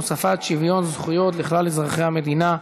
הוספת שוויון זכויות לכלל אזרחי המדינה),